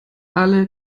alle